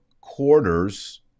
quarters